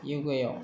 योगा याव